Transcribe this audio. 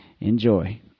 Enjoy